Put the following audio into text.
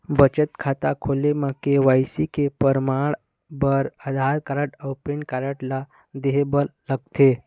बचत खाता खोले म के.वाइ.सी के परमाण बर आधार कार्ड अउ पैन कार्ड ला देहे बर लागथे